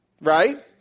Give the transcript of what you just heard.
right